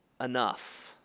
enough